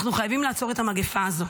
אנחנו חייבים לעצור את המגפה הזאת,